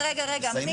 תנו לה